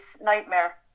nightmare